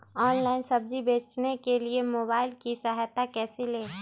Online सब्जी बेचने के लिए मोबाईल की सहायता कैसे ले?